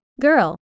girl